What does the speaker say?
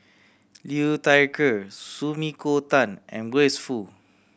Liu Thai Ker Sumiko Tan and Grace Fu